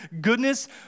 goodness